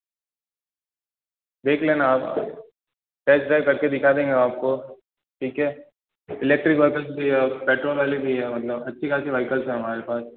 देख लेना आप टेस्ट ड्राइव कर के दिखा देंगे हम आपको ठीक है इलेक्ट्रिक वेहिकल्ज़ भी है पेट्रोल वाली भी है मतलब अच्छी खासी वेहिकल्ज़ है हमारे पास